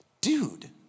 Dude